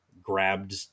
grabbed